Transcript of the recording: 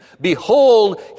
Behold